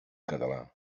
català